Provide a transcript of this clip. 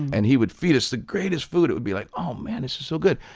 and he would feed us the greatest food. it would be like, oh man, this is so good.